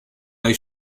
dai